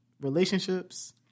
relationships